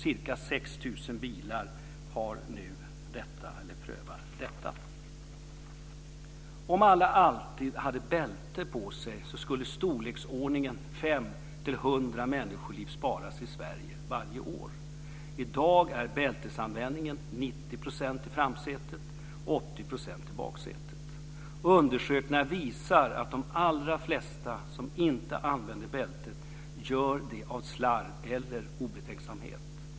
Ca 6 000 bilar prövar nu detta. Om alla alltid hade bälte på sig skulle storleksordningen 5-100 människoliv sparas i Sverige varje år. I dag är bältesanvändningen 90 % i framsätet och 80 % i baksätet. Undersökningar visar att de allra flesta som inte använder bältet gör det av slarv eller obetänksamhet.